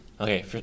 okay